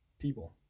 people